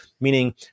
Meaning